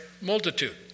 multitude